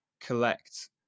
collect